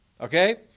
Okay